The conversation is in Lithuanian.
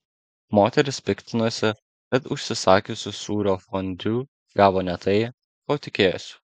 moteris piktinosi kad užsisakiusi sūrio fondiu gavo ne tai ko tikėjosi